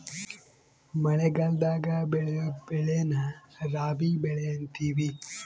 ಮಳಗಲದಾಗ ಬೆಳಿಯೊ ಬೆಳೆನ ರಾಬಿ ಬೆಳೆ ಅಂತಿವಿ